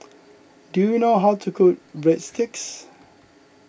do you know how to cook Breadsticks